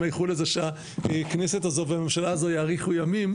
עם האיחול הזה שהכנסת הזו והממשלה הזו יאריכו ימים,